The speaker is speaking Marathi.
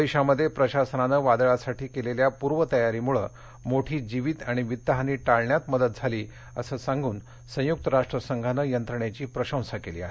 ओडीशामध्ये प्रशासनानं वादळासाठी केलेल्या पूर्वतयारीमुळं मोठी जीवित आणि वित्त हानी टाळण्यात मदत झाली असं सांगून संयुक्त राष्ट्रसंघानं यंत्रणेची प्रशंसा केली आहे